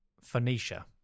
Phoenicia